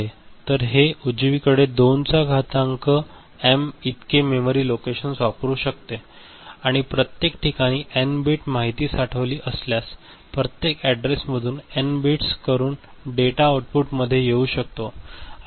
तर हे उजवीकडे 2 चा घातांक एम इतके मेमरी लोकेशन्स वापरू शकते आणि प्रत्येक ठिकाणी एन बिट माहिती साठवली असल्यास प्रत्येक अॅड्रेस मधून एन बिट्स करुन डेटा आऊटपुट मध्ये येऊ शकतो